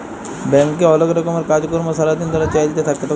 ব্যাংকে অলেক রকমের কাজ কর্ম সারা দিন ধরে চ্যলতে থাক্যে